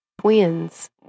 Twins